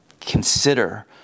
consider